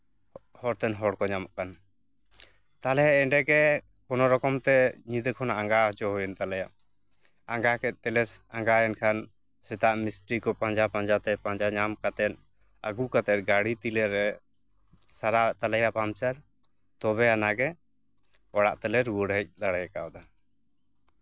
ᱦᱚᱨ ᱛᱮᱱ ᱦᱚᱲ ᱠᱚ ᱧᱟᱢᱚᱜ ᱠᱟᱱ ᱛᱟᱦᱞᱮ ᱮᱸᱰᱮ ᱜᱮ ᱠᱳᱱᱳᱨᱚᱠᱚᱢ ᱛᱮ ᱧᱤᱫᱟᱹ ᱠᱷᱚᱱᱟᱜ ᱟᱸᱜᱟ ᱦᱚᱪᱚ ᱦᱩᱭᱮᱱ ᱛᱟᱞᱮᱭᱟ ᱟᱸᱜᱟ ᱠᱮᱫ ᱛᱮᱞᱮ ᱟᱸᱜᱟᱭᱮᱱ ᱠᱷᱟᱱ ᱥᱮᱛᱟᱜ ᱢᱤᱥᱛᱨᱤ ᱠᱚ ᱯᱟᱸᱡᱟ ᱯᱟᱸᱡᱟᱛᱮ ᱯᱟᱸᱡᱟ ᱧᱟᱢ ᱠᱟᱛᱮᱫ ᱟᱹᱜᱩ ᱠᱟᱛᱮᱫ ᱜᱟᱹᱲᱤ ᱛᱤ ᱨᱮᱞᱮ ᱥᱟᱨᱟᱣᱮᱫ ᱛᱟᱞᱮᱭᱟ ᱯᱟᱢᱪᱟᱨ ᱛᱚᱵᱮ ᱟᱱᱟ ᱜᱮ ᱚᱲᱟᱜ ᱛᱮᱞᱮ ᱨᱩᱣᱟᱹᱲ ᱦᱮᱡ ᱫᱟᱲᱮ ᱠᱟᱣᱫᱟ